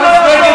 זה לא יעזור.